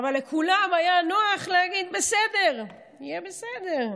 אבל לכולם היה נוח להגיד "בסדר, יהיה בסדר".